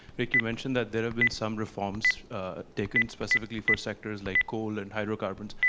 rick, you mentioned that there have been some reforms taken specifically for sectors like coal and hydrocarbons.